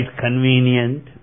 convenient